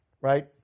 right